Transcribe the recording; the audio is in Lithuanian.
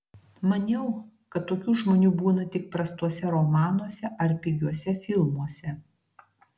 maniau kad tokių žmonių būna tik prastuose romanuose ar pigiuose filmuose